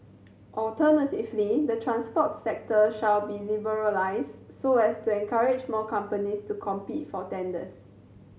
alternatively the transport sector shall be liberalised so as encourage more companies to compete for tenders